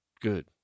good